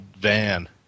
van